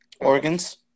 organs